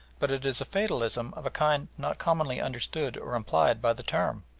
but it is a fatalism of a kind not commonly understood or implied by the term.